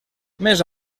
més